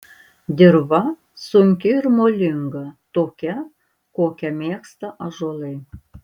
dirva sunki ir molinga tokia kokią mėgsta ąžuolai